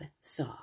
saw